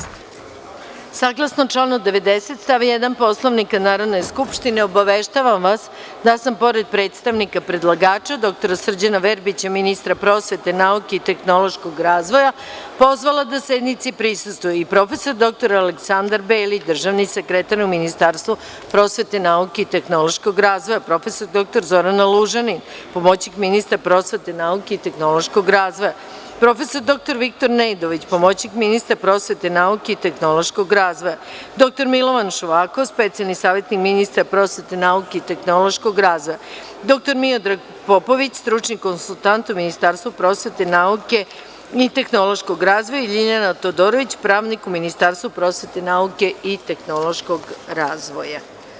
Saglasno članu 90. stav 1. Poslovnika Narodne skupštine obaveštavam vas da sam pored predstavnika predlagača dr Srđana Verbića, ministra prosvete, nauke i tehnološkog razvoja, pozvala da sednici prisustvuje i prof. dr Aleksandar Belić, državni sekretar u Ministarstvu prosvete, nauke i tehnološkog razvoja, prof. dr Zorana Lužanin, pomoćnik ministra prosvete, nauke i tehnološkog razvoja, prof. dr Viktor Nedović, pomoćnik ministra prosvete, nauke i tehnološkog razvoja, dr Milan Šuvakov, specijalni savetnik ministra prosvete, nauke i tehnološkog razvoja, dr Miodrag Popović, stručni konsultant u Ministarstvu prosvete, nauke i tehnološkog razvoja i Ljiljana Todorović, pravnik u Ministarstvu prosvete, nauke i tehnološkog razvoja.